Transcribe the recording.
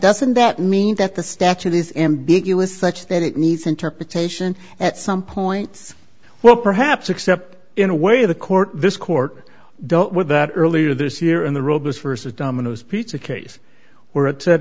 doesn't that mean that the statute is ambiguous such that it needs interpretation at some point well perhaps except in a way the court this court dealt with that earlier this year in the robes versus domino's pizza case where it said